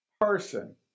person